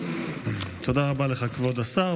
כבוד השר.